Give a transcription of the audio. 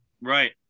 Right